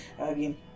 again